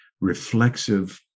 reflexive